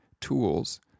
tools